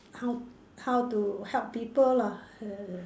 how how to help people lah